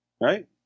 Right